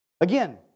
Again